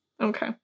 Okay